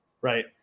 Right